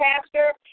Pastor